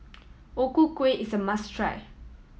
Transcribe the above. O Ku Kueh is a must try